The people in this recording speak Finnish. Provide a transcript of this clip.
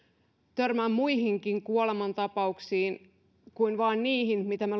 törmäämään muihinkin kuolemantapauksiin kuin vain niihin mitä me